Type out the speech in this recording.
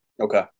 Okay